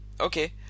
Okay